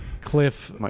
Cliff